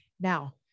Now